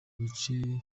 bice